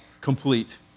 complete